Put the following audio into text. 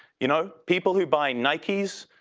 you know people who buying nike's,